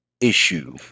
issue